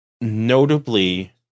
notably